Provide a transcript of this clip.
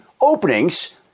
openings